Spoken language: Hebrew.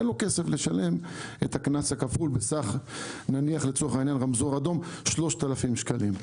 אין לו כסף לשלם את הקנס הכפול בסך - לצורך רמזור אדום - 3,000 שקלים.